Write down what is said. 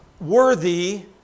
worthy